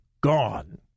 gone